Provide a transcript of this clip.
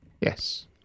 Yes